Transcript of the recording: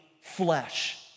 flesh